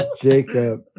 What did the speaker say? Jacob